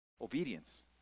obedience